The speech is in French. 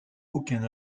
aucun